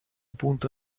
punto